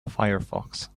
firefox